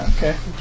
Okay